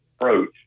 approach